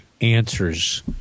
answers